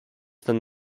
than